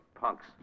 punks